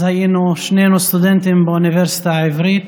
אז היינו שנינו סטודנטים באוניברסיטה העברית.